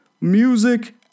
music